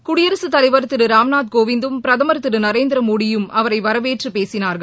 குடியரகத்தலைவர் திரு ராம்நாத் கோவிந்தும் பிரதமர் திரு நரேந்திரமோடியும் அவரை வரவேற்று பேசினார்கள்